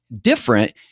different